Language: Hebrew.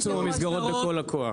נאבק על צמצום המסגרות בכל הכוח.